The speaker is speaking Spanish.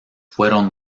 fueron